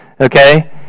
okay